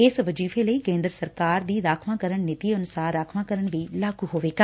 ਇਸ ਵਜੀਫ਼ੇ ਲਈ ਕੇਦਰ ਸਰਕਾਰ ਦੀ ਰਾਖਵਕਰਨ ਨੀਤੀ ਅਨੁਸਾਰ ਰਾਖਵਕਰਨ ਵੀ ਲਾਗੁ ਹੋਵੇਗਾ